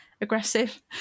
aggressive